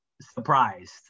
surprised